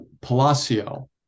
Palacio